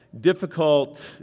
difficult